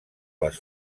les